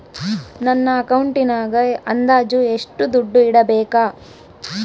ನನ್ನ ಅಕೌಂಟಿನಾಗ ಅಂದಾಜು ಎಷ್ಟು ದುಡ್ಡು ಇಡಬೇಕಾ?